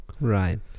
right